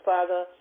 Father